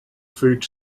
food